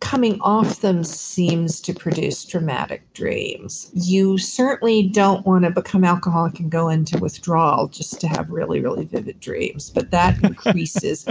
coming off them seems to produce dramatic dreams. you certainly don't want to become alcoholic and go into withdrawal just to have really, really vivid dreams, but that increases.